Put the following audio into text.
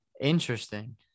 Interesting